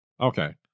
Okay